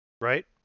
Right